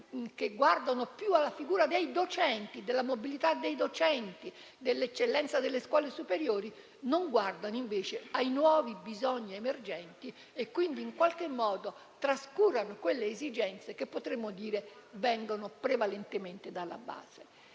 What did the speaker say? che guardano più alla figura dei docenti, alla loro mobilità e all'eccellenza delle scuole superiori, non si guarda invece ai nuovi bisogni emergenti e quindi, in qualche modo, si trascurano quelle esigenze che vengono prevalentemente dalla base.